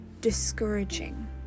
discouraging